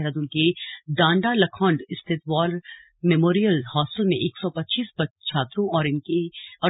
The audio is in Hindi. देहरादून के डांडा लखौंड स्थित वॉर मेमोरियल हॉस्टल में एक सौ पच्चीस छात्रों और